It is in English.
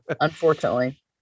unfortunately